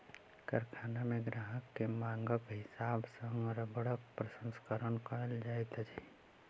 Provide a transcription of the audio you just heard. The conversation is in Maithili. कारखाना मे ग्राहक के मांगक हिसाब सॅ रबड़क प्रसंस्करण कयल जाइत अछि